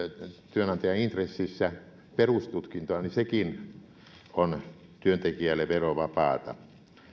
työnantajan intressissä on kustantaa perustutkintoa niin sekin on työntekijälle verovapaata